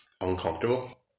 uncomfortable